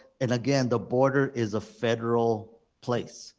and again, the border is a federal place.